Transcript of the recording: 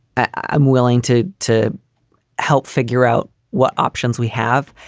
i'm willing to to help figure out what options we have.